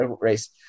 race